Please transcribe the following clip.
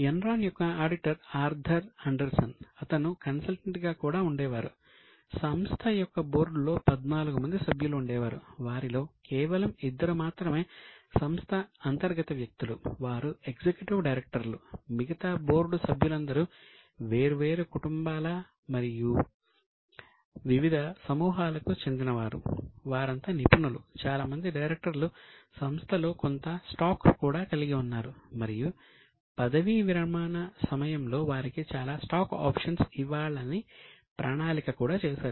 Enron ఇవ్వాలని ప్రణాళిక కూడా చేశారు